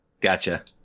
gotcha